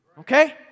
Okay